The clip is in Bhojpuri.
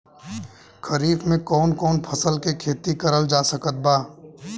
खरीफ मे कौन कौन फसल के खेती करल जा सकत बा?